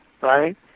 right